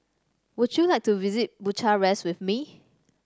would you like to visit Bucharest with me